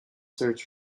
search